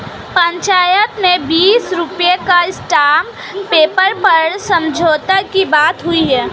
पंचायत में बीस रुपए का स्टांप पेपर पर समझौते की बात हुई है